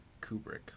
Kubrick